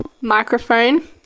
microphone